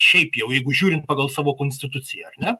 šiaip jau jeigu žiūrint pagal savo konstituciją ar ne